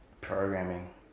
Programming